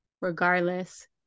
regardless